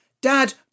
Dad